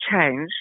change